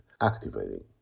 activating